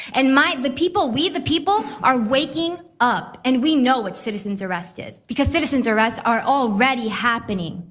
and my, the people, we the people, are waking up, and we know what citizens arrest is, because citizens arrests are already happening.